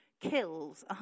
kills